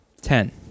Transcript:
Ten